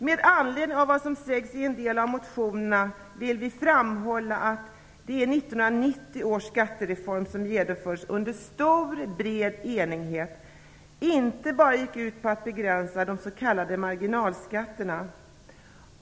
Med anledning av vad som sägs i en del av motionerna vill utskottet framhålla att 1990 års skattereform, som genomfördes under bred enighet, inte bara gick ut på att begränsa de s.k. marginalskatterna.